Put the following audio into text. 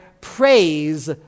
praise